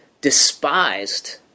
despised